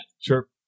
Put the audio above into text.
Sure